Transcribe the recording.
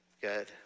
good